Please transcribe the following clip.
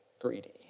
greedy